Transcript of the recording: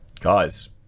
guys